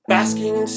Basking